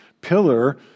pillar